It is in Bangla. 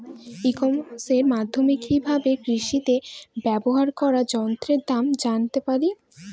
ই কমার্সের মাধ্যমে কি ভাবে কৃষিতে ব্যবহার করা যন্ত্রের দাম জানতে পারি?